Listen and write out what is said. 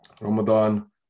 Ramadan